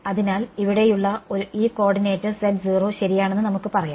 അതിനാൽ ഇവിടെയുള്ള ഈ കോർഡിനേറ്റ് ശരിയാണെന്ന് നമുക്ക് പറയാം